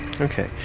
Okay